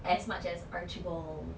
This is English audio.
as much as archie bol